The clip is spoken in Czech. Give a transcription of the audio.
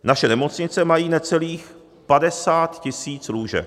Naše nemocnice mají necelých 50 tisíc lůžek.